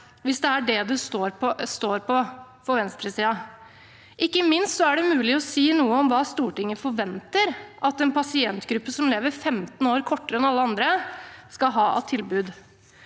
hvis det er det det står på for venstresiden. Ikke minst er det mulig å si noe om hva Stortinget forventer at en pasientgruppe som lever 15 år kortere enn alle andre, skal ha av tilbud.